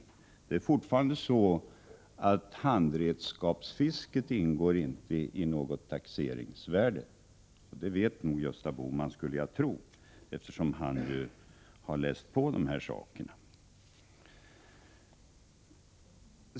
Det är fortfarande så att handredskapsfisket inte ingår i något taxeringsvärde, och det vet Gösta Bohman, skulle jag tro, eftersom han har läst på det här ärendet.